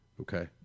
Okay